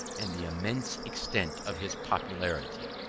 and the immense extent of his popularity.